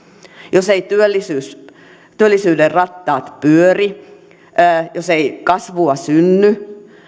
jos eivät työllisyyden rattaat pyöri jos ei kasvua synny